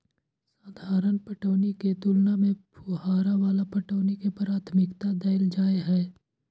साधारण पटौनी के तुलना में फुहारा वाला पटौनी के प्राथमिकता दैल जाय हय